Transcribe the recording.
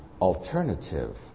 alternative